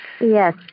yes